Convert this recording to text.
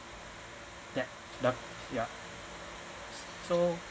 that yup yeah so